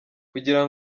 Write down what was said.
kugira